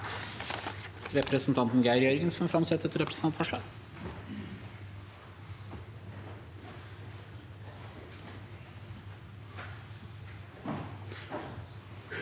Representanten Geir Jør- gensen vil framsette et representantforslag.